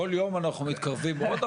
כל יום אנחנו מתקרבים עוד,